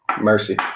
Mercy